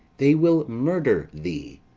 they will murther thee.